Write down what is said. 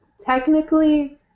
Technically